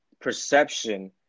perception